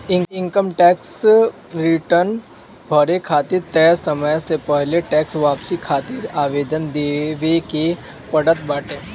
income tax return भरे खातिर तय समय से पहिले टेक्स वापसी खातिर आवेदन देवे के पड़त बाटे